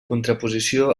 contraposició